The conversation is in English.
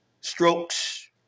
strokes